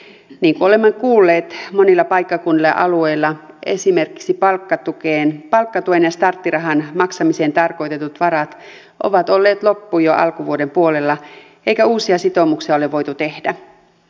niin kuin olemme kuulleet monilla paikkakunnilla ja alueilla esimerkiksi palkkatuen ja starttirahan maksamiseen tarkoitetut varat ovat olleet loppu jo alkuvuoden puolella eikä uusia sitoumuksia ole voitu tehdä